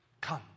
come